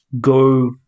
go